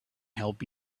help